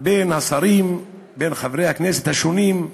בין השרים, בין חברי הכנסת השונים,